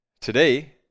today